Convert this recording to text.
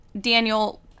Daniel